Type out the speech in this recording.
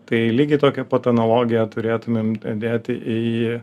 tai lygiai tokią pat analogiją turėtumėm dėti į